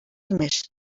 més